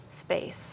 space